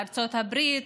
בארצות הברית,